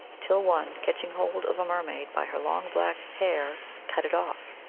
till one. catching hold of a mer maid by her long black hair, cut it off.